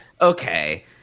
Okay